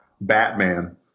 Batman